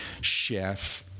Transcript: chef